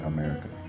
America